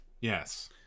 Yes